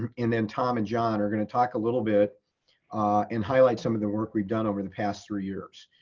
um and then tom and john are gonna talk a little bit and highlight some of the work we've done over the past three years.